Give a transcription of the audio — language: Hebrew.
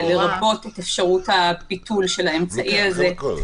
לרבות את אפשרות הביטול של האמצעי הזה.